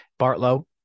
Bartlow